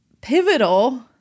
pivotal